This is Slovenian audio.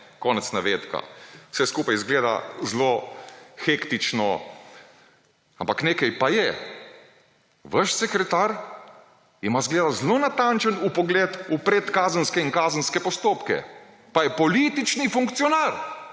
Konec navedka. Vse skupaj izgleda zelo hektično, ampak nekaj pa je, vaš sekretar ima, izgleda, zelo natančen vpogled v predkazenske in kazenske postopke, pa je politični funkcionar.